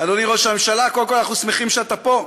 אדוני ראש הממשלה, קודם כול, אנחנו שמחים שאתה פה.